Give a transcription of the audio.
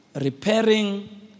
Repairing